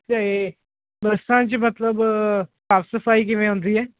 ਅਤੇ ਬੱਸਾਂ 'ਚ ਮਤਲਬ ਸਾਫ ਸਫਾਈ ਕਿਵੇਂ ਹੁੰਦੀ ਹੈ